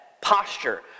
posture